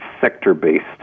sector-based